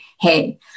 hey